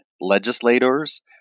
legislators